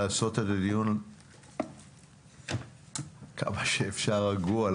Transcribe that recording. ניסיתי לעשות את הדיון כמה שאפשר רגוע,